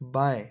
बाएँ